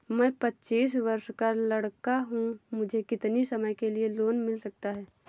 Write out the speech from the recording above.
मैं पच्चीस वर्ष का लड़का हूँ मुझे कितनी समय के लिए लोन मिल सकता है?